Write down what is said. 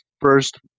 first